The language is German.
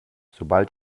sobald